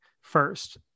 first